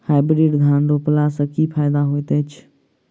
Hybrid धान रोपला सँ की फायदा होइत अछि?